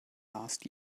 last